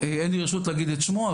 אין לי רשות להגיד את שמו,